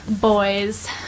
boys